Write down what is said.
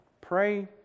Pray